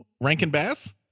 Rankin-Bass